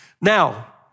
Now